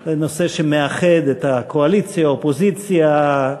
זה נושא שמאחד את הקואליציה, האופוזיציה,